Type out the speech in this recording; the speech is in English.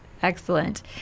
Excellent